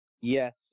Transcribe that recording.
Yes